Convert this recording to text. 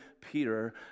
Peter